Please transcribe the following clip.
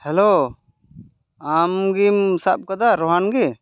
hello ᱟᱢ ᱜᱮᱢ ᱥᱟᱵ ᱠᱟᱫᱟ ᱨᱚᱦᱟᱱ ᱜᱮ